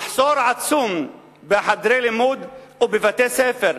מחסור עצום בחדרי לימוד ובבתי-ספר.